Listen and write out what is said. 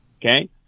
Okay